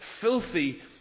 filthy